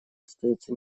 остается